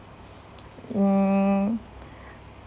mm